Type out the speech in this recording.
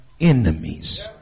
enemies